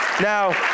Now